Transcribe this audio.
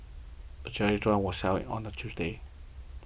the charity run was held on a Tuesday